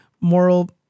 moral